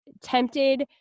tempted